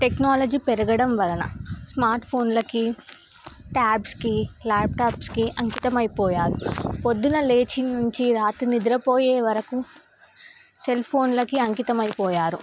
technology పెరగడం వలన smart ఫోన్లకి ట్యాబ్స్కి ల్యాప్టాప్స్కి అంకితంమైపోయారు పొద్దున లేచి నుంచి రాత్రి నిద్రపోయే వరకు సెల్ ఫోన్లకి అంకితంమైపోయారు